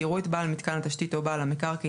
כי יראו את בעל מתקן התשתית או בעל המקרקעין